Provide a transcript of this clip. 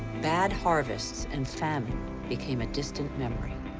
bad harvests and famine became a distant memory.